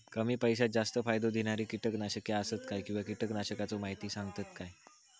कमी पैशात जास्त फायदो दिणारी किटकनाशके आसत काय किंवा कीटकनाशकाचो माहिती सांगतात काय?